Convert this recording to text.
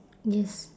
yes